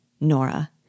Nora